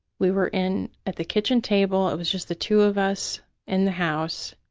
we were in at the kitchen table, it was just the two of us in the house,